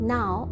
Now